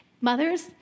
mothers